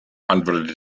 antwortete